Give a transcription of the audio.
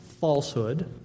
falsehood